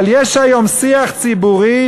אבל יש היום שיח ציבורי,